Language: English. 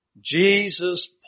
Jesus